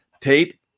Tate